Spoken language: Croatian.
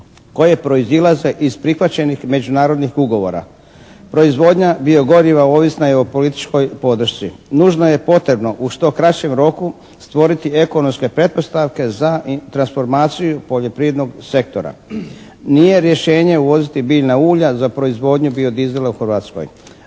koje proizilaze iz prihvaćenih međunarodnih ugovora. Proizvodnja bio goriva ovisna je o političkoj podršci. Nužno je potrebno u što kraćem roku stvoriti ekonomske pretpostavke za transformaciju poljoprivrednog sektora. Nije rješenje uvoziti biljna ulja za proizvodnju bio-diesela u Hrvatskoj.